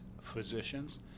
physicians